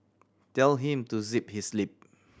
tell him to zip his lip